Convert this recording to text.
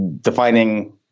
defining